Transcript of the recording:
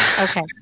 Okay